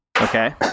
okay